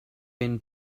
been